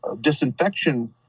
disinfection